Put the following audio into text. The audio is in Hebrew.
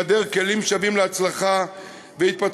בהיעדר כלים שווים להצלחה והתפתחות,